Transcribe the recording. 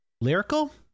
lyrical